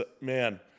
man